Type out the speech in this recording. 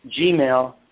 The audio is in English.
gmail